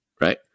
right